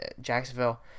Jacksonville